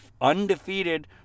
undefeated